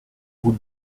route